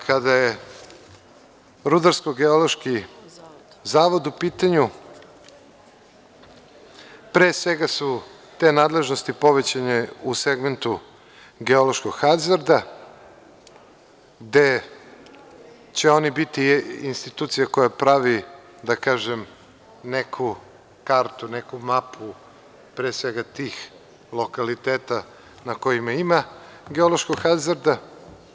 Kada je Rudarsko geološki zavod u pitanju, pre svega su te nadležnosti povećanje u segmentu geološkog hazarda gde će oni biti institucija koja pravi, da kažem, neku kartu, mapu pre svega tih lokaliteta na kojima ima geološkog hazarda.